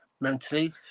mentally